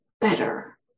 better